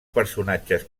personatges